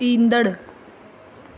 ईंदड़ु